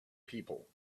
people